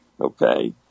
Okay